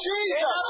Jesus